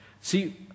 see